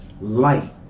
light